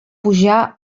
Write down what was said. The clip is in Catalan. pujar